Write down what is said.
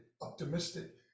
optimistic